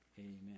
Amen